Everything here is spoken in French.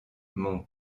mont